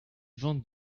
ventes